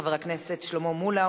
חבר הכנסת שלמה מולה,